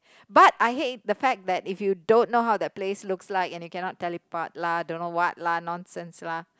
but I hate the fact that if you don't know how the place looks like and you cannot teleport lah don't know what lah nonsense lah